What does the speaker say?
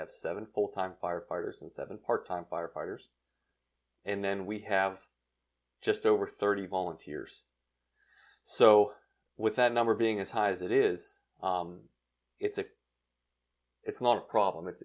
have seven full time firefighters and seven part time firefighters and then we have just over thirty volunteers so with that number being as high as it is it's a it's not a problem it's